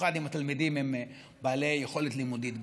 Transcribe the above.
במיוחד אם התלמידים הם בעלי יכולת לימודית גבוהה,